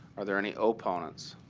are there any opponents?